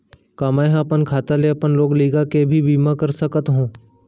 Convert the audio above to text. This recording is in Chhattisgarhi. का मैं ह अपन खाता ले अपन लोग लइका के भी बीमा कर सकत हो